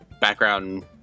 background